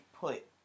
put